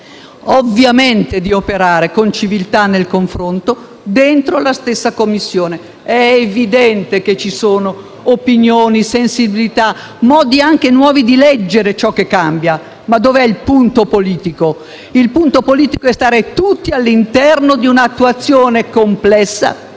ovviamente - con civiltà nel confronto all'interno della stessa Commissione. È evidente che ci sono opinioni, sensibilità, modi anche nuovi di leggere ciò che cambia, ma il punto politico è stare tutti all'interno di un'attuazione complessa